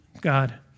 God